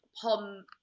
Pom